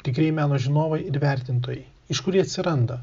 tikrieji meno žinovai ir vertintojai iš kur jie atsiranda